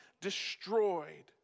destroyed